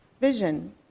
vision